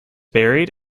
buried